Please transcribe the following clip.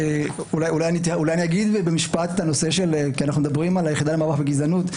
אנחנו מדברים על היחידה למאבק בגזענות,